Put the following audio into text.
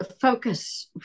focus